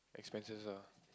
expenses lah